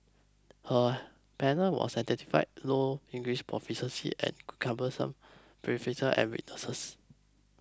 her panel was identified low English proficiency and cumbersome bureaucracy at weaknesses